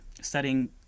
studying